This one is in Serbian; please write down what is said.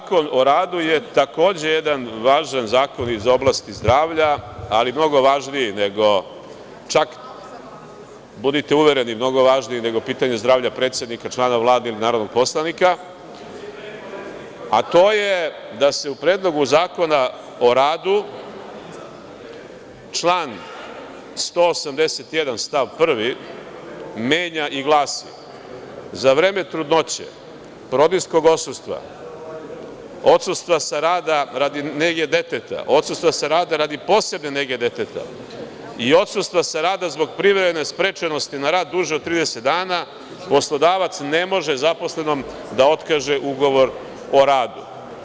Zakon o radu je takođe jedan važan zakon iz oblasti zdravlja, ali mnogo važniji nego čak, budite uvereni, mnogo važniji nego pitanje zdravlja predsednika, člana Vlade ili narodnog poslanika, a to je da se u Predlogu zakona o radu član 181. stav 1. menja i glasi: „Za vreme trudnoće, porodiljskog odsustva, odsustva sa rada radi nege deteta, odsustva sa rada radi posebne nege deteta i odsustva sa rada zbog privremene sprečenosti na rad duže od 30 dana, poslodavac ne može zaposlenom da otkaže ugovor o radu“